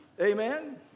Amen